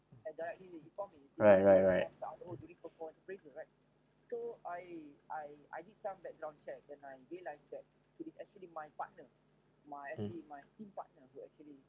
right right right mm